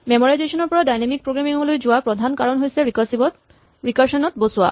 memorisation ৰ পৰা dynamic programming লৈ যোৱাৰ প্ৰধান কাৰণ হৈছে ৰিকাৰছন ত বচোৱা